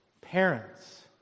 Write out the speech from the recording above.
Parents